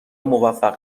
موفق